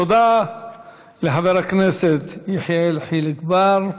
תודה לחבר הכנסת יחיאל חיליק בר.